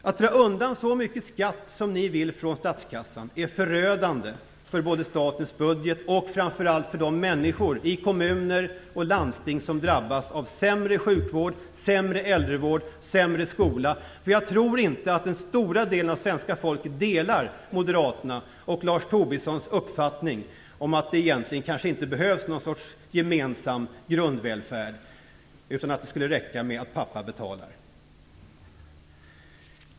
Att dra undan så mycket skatt, som ni vill göra, från statskassan är förödande för både statens budget och framför allt för de människor i kommuner och landsting som drabbas av sämre sjukvård, sämre äldrevård och sämre skola. Jag tror nämligen inte att den stora delen av svenska folket delar Moderaternas och Lars Tobissons uppfattning att det egentligen kanske inte behövs någon sorts gemensam grundvälfärd utan att det skulle räcka med att pappa betalar.